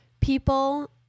people